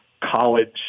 college